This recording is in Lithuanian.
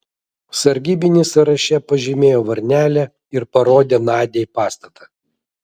sargybinis sąraše pažymėjo varnelę ir parodė nadiai pastatą